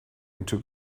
into